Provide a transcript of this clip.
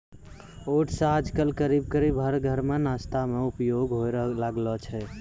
oats आजकल करीब करीब हर घर मॅ नाश्ता मॅ उपयोग होय लागलो छै